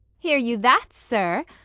hear you that sir?